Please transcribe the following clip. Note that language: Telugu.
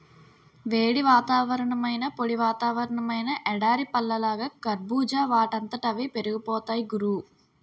వేడి వాతావరణమైనా, పొడి వాతావరణమైనా ఎడారి పళ్ళలాగా కర్బూజా వాటంతట అవే పెరిగిపోతాయ్ గురూ